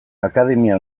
akademia